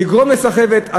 לגרום לסחבת.